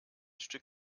stück